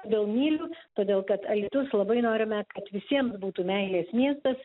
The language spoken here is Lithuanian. kodėl myliu todėl kad alytus labai norime kad visiems būtų meilės miestas